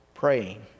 praying